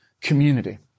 community